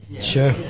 Sure